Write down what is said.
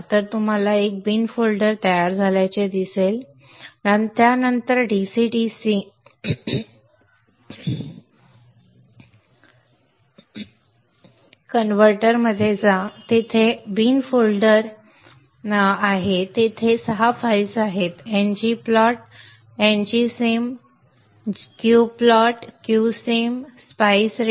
तर तुम्हाला एक बिन फोल्डर तयार झाल्याचे दिसले त्यानंतर dc dc मध्ये जा तेथे हे बिन फोल्डर आहे तेथे सहा फाइल्स आहेत ng plot ngsim qplot qsim spice read file आणि this updatenet